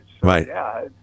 Right